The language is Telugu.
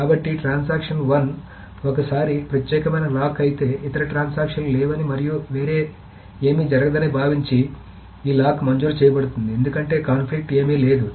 కాబట్టి లావాదేవీ 1 ఒకసారి ప్రత్యేకమైన లాక్ అయితే ఇతర ట్రాన్సాక్షన్ లు లేవని మరియు వేరే ఏమీ జరగదని భావించి ఈ లాక్ మంజూరు చేయబడుతుంది ఎందుకంటే కాన్ఫ్లిక్ట్ ఏమీ లేదు